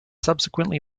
subsequently